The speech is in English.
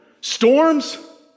storms